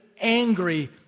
angry